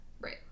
Right